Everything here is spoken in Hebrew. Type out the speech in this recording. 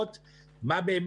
אתה יכול,